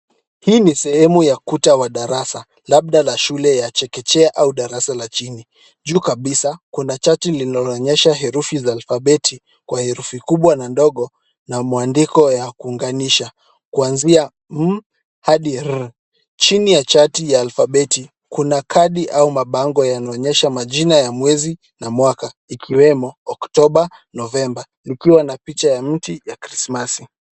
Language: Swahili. Hii ni sehemu ya kuta wa darasa labda la shule ya chekechea au darasa la chini. Juu kabisa, kuna chati lililoonyesha herufi za alfabeti kwa herufi kubwa na ndogo na mwandiko ya kuunganisha kwanzia m hadi r. Chini ya chati ya alfabeti kuna kadi au mabango yanaonyesha majina ya mwezi na mwaka ikiwemo Oktoba, Novemba ikiwa na picha ya mti ya krismasi.